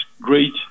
great